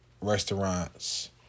restaurants